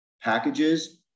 packages